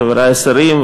חברי השרים,